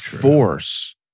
force